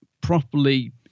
properly